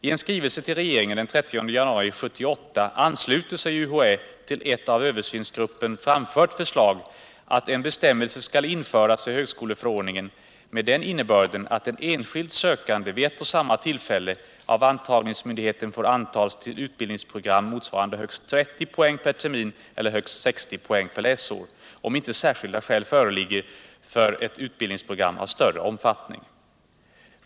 I en skrivelse till regeringen den 13 januari 1978 ansluter sig UHÄ till ett av översynsgruppen framfört förslag att en bestämmelse skall införas i högskoleförordningen med den innebörden att en enskild sökande vid ett och samma tillfälle av antagningsmyndigheten får antas till utbildningsprogram motsvarande högst 30 poäng per termin eller högst 60 poäng per läsår, om inte särskilda skäl föreligger för ett utbildningsprogram av större omfattning.